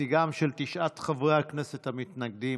נציגם של תשעת חברי הכנסת המתנגדים,